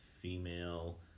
female